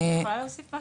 אני יכולה להוסיף משהו?